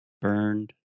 burned